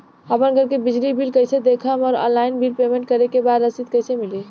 आपन घर के बिजली बिल कईसे देखम् और ऑनलाइन बिल पेमेंट करे के बाद रसीद कईसे मिली?